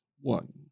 one